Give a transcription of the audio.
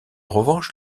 revanche